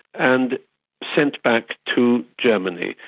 and sent back to germany.